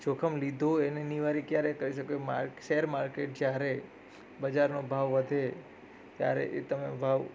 જોખમ લીધો એને નિવારી ક્યારે કરી શકાય શેર માર્કેટ જ્યારે બજારનો ભાવ વધે ત્યારે એ તમે ભાવ